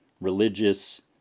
religious